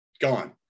gone